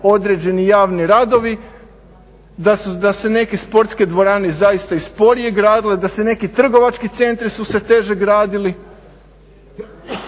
određeni javni radovi, da se neke sportske dvorane zaista i sporije gradile, da se neki trgovački centri su teže gradili,